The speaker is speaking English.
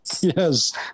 Yes